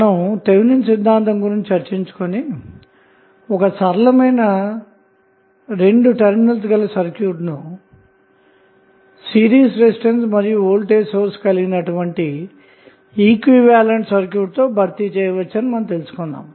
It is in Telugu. మనం థెవినిన్ సిద్ధాంతం గురించి చర్చించుకొని ఒక సరళమైన రెండు టెర్మినల్స్ గల సర్క్యూట్నుసిరీస్లో రెసిస్టెన్స్ మరియు వోల్టేజ్ సోర్స్ కలిగినటువంటి ఈక్వివలెంట్ సర్క్యూట్ తోభర్తీ చేయవచ్చని తెలుసుకున్నాము